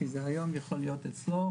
כי זה היום יכול להיות אצלו,